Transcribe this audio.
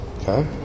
Okay